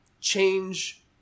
change